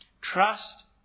Trust